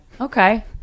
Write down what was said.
Okay